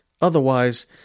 Otherwise